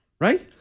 Right